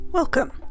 Welcome